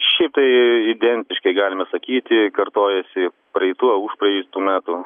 šiaip tai identiškai galime sakyti kartojasi praeitų užpraeitų metų